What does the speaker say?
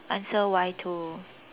answer why to